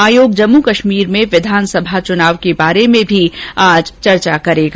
आयोग जम्मू कश्मीर में विधानसभा चुनाव के बार में भी आज विचार विमर्श करेगा